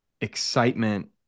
excitement